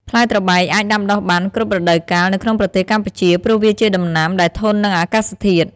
ផ្លែត្របែក អាចដាំដុះបាន គ្រប់រដូវកាល នៅក្នុងប្រទេសកម្ពុជា ព្រោះវាជាដំណាំដែលធន់នឹងអាកាសធាតុ។